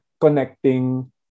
connecting